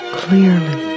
clearly